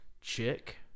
chick